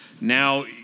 now